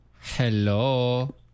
Hello